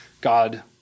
God